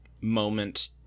moment